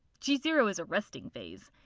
g zero is a resting phase.